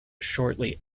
shortly